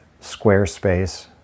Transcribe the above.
Squarespace